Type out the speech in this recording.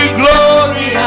glory